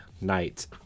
night